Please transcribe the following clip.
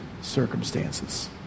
circumstances